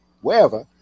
wherever